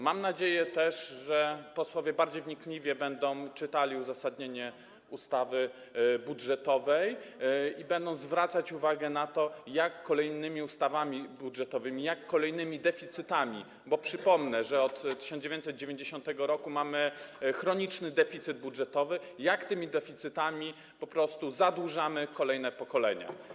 Mam też nadzieję, że posłowie będą bardziej wnikliwie czytali uzasadnienie ustawy budżetowej i będą zwracali uwagę na to, jak kolejnymi ustawami budżetowymi, jak kolejnymi deficytami, bo przypomnę, że od 1990 r. mamy chroniczny deficyt budżetowy, jak tymi deficytami po prostu zadłużamy kolejne pokolenia.